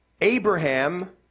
Abraham